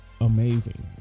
amazing